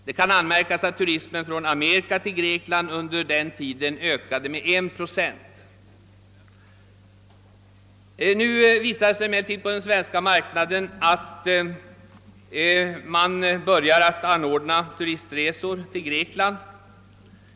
Det kan tilläggas att turismen från Amerika till Grekland under denna tid ökade med 1 procent. Men nu börjar man på den svenska marknaden att åter anordna turistresor till Grekland.